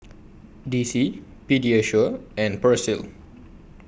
D C Pediasure and Persil